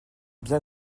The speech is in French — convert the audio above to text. bien